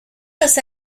los